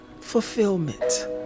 fulfillment